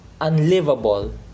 unlivable